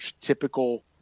typical